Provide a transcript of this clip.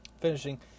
finishing